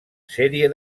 sèrie